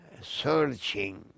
searching